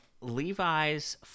Levi's